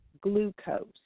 glucose